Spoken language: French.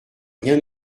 rien